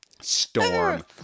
Storm